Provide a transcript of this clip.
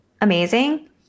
amazing